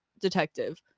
detective